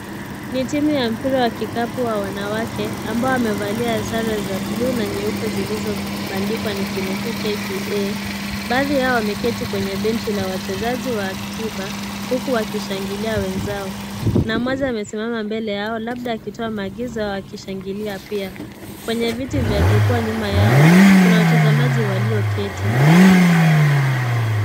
Ni timu ya mpira wa kikapu wa wanawake ambao wamevalia sare za bluu na nyeupe zilizobandikwa nikinukuu "KPA". Baadhi yao wameketi kwenye benchi la wachezaji wa akiba huku wakishangilia wenzao. Na mmoja amesimama mbele yao, labda akitoa maagizo au akishangilia pia. Kwenye viti vya nyuma yao, kuna watazamaji walioketi.